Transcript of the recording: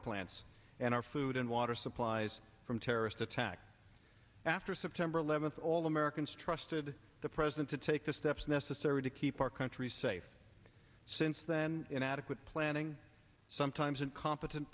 plants and our food and water supplies from terrorist attack after september eleventh all americans trusted the president to take the steps necessary to keep our country safe since then inadequate planning sometimes incompetent